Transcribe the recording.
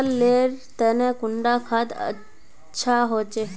फसल लेर तने कुंडा खाद ज्यादा अच्छा होचे?